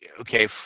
okay